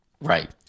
Right